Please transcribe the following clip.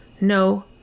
no